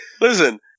listen